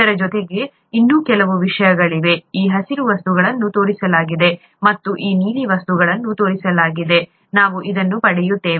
ಇದರ ಜೊತೆಗೆ ಇನ್ನೂ ಕೆಲವು ವಿಷಯಗಳಿವೆ ಈ ಹಸಿರು ವಸ್ತುಗಳನ್ನು ತೋರಿಸಲಾಗಿದೆ ಮತ್ತು ಈ ನೀಲಿ ವಸ್ತುಗಳನ್ನು ತೋರಿಸಲಾಗಿದೆ ನಾವು ಅದನ್ನು ಪಡೆಯುತ್ತೇವೆ